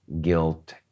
guilt